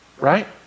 Right